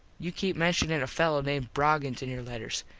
you keep menshuning a fello named broggins in your letters.